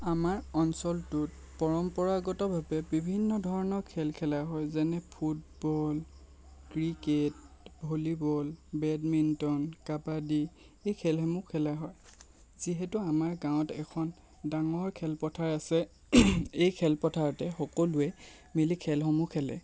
আমাৰ অঞ্চলত পৰম্পৰাগতভাৱে বিভিন্ন খেল খেলা হয় যেনে football cricket volleyball badminton kabaddi সেই খেলসমূহ খেলা হয় যিহেতু আমাৰ গাঁৱত এখন ডাঙৰ খেলপথাৰ আছে এই খেলপথাৰতে সকলোৱে মিলি খেলসমূহ খেলে